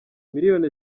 miliyoni